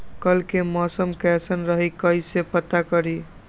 कल के मौसम कैसन रही कई से पता करी?